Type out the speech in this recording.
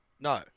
No